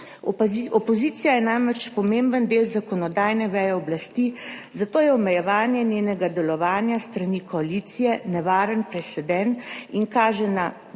Opozicija je namreč pomemben del zakonodajne veje oblasti, zato je omejevanje njenega delovanja s strani koalicije nevaren preseden in kaže na